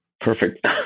Perfect